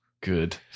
Good